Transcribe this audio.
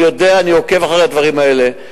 אני יודע, אני עוקב אחרי הדברים האלה.